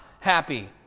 happy